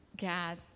God